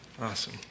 Awesome